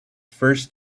first